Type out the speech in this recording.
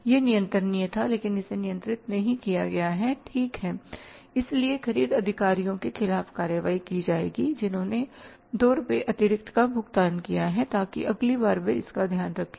यह नियंत्रणीय था लेकिन इसे नियंत्रित नहीं किया गया है ठीक है इसलिए ख़रीद अधिकारियों के खिलाफ कार्रवाई की जाएगी जिन्होंने 2 रुपये अतिरिक्त का भुगतान किया है ताकि अगली बार वे इसका ध्यान रखें